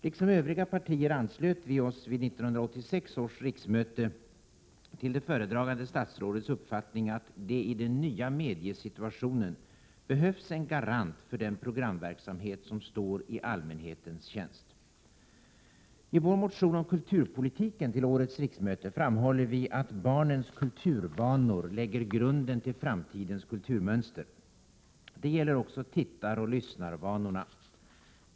Liksom övriga partier anslöt vi oss vid 1986 års riksmöte till föredragande statsrådets uppfattning att det i den nya mediesituationen behövs en garant för den programverksamhet som står i allmänhetens tjänst. I vår motion om kulturpolitiken till årets riksmöte framhåller vi att barnens kulturvanor lägger grunden till framtidens kulturmönster. Det gäller också tittaroch lyssnarvanorna.